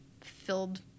filled